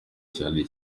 cyane